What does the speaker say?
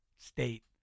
State